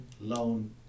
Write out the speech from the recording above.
loan